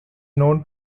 known